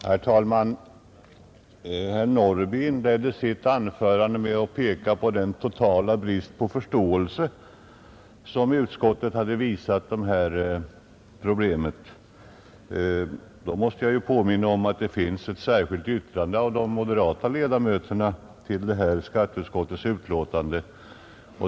Herr talman! Herr Norrby inledde sitt anförande med att peka på den totala brist på förståelse som utskottet har visat detta problem. Då måste jag påminna om att de moderata ledamöterna har ett särskilt yttrande till skatteutskottets betänkande.